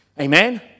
Amen